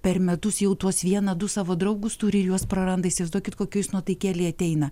per metus jau tuos vieną du savo draugus turi ir juos praranda įsivaizduokit kokioj jis nuotaikėlėj ateina